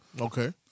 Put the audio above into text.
okay